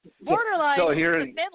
Borderline